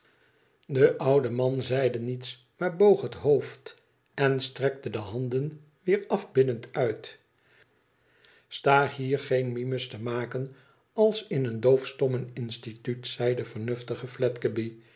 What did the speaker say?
de oude man zeide niets maar boog het hoofd en strekte de handen weer afbiddend uit sta hier geen mines te maken als in een doofstommen instituut zei de vemufdge